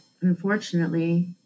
unfortunately